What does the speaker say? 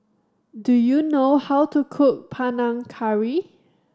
do you know how to cook Panang Curry